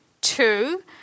two